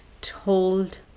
told